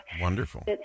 wonderful